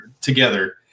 together